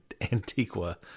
Antiqua